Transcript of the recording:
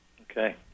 Okay